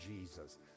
Jesus